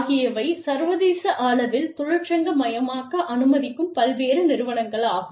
ஆகியவை சர்வதேச அளவில் தொழிற்சங்க மயமாக்க அனுமதிக்கும் பல்வேறு நிறுவனங்களாகும்